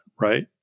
right